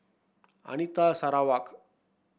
Anita Sarawak